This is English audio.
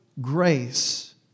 grace